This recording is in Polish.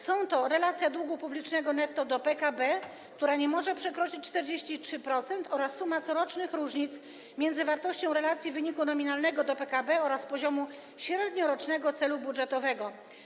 Są to relacja długu publicznego netto do PKB, która nie może przekroczyć 43%, oraz suma corocznych różnic między wartością relacji wyniku nominalnego do PKB oraz poziomem średniorocznego celu budżetowego.